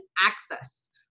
access